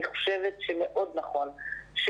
נכון,